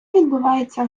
відбувається